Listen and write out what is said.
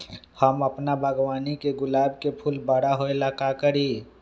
हम अपना बागवानी के गुलाब के फूल बारा होय ला का करी?